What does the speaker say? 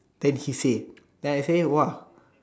then he say then I say !wah!